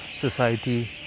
society